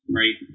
right